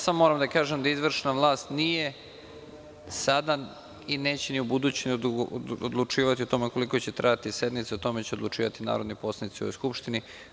Samo moram da kažem da izvršna vlast nije sada i neće ni u buduće odlučivati o tome koliko će trajati sednica, o tome će odlučivati narodni poslanici u Skupštini.